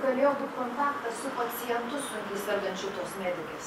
galėjo būt kontaktas su pacientu sunkiai sergančiu tos medikės